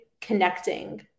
connecting